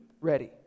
ready